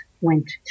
went